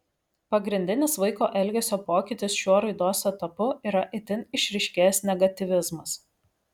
pagrindinis vaiko elgesio pokytis šiuo raidos etapu yra itin išryškėjęs negatyvizmas